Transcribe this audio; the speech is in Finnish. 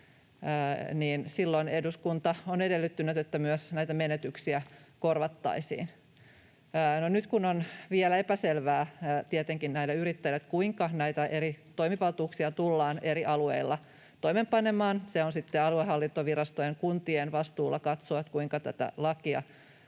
aivan oma esityksensä — niin myös näitä menetyksiä korvattaisiin. Nyt kun näille yrittäjille on tietenkin vielä epäselvää, kuinka näitä eri toimivaltuuksia tullaan eri alueilla toimeenpanemaan — se on sitten aluehallintovirastojen, kuntien vastuulla katsoa, kuinka tätä lakia